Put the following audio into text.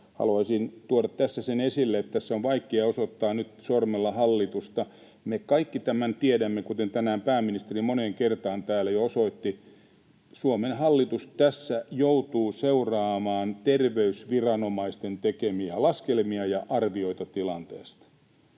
Haluaisin tuoda tässä esille, että tässä on vaikea osoittaa nyt sormella hallitusta. Kuten me kaikki tiedämme ja kuten tänään pääministeri moneen kertaan täällä jo osoitti, Suomen hallitus tässä joutuu seuraamaan terveysviranomaisten tekemiä laskelmia ja arvioita tilanteesta.